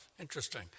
Interesting